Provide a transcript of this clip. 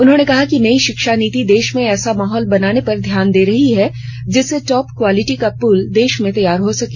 उन्होंने कहा कि नई शिक्षा नीति देश में ऐसा माहौल बनाने पर ध्यान दे रही है जिससे टॉप क्वालिटी का पूल देश में तैयार हो सके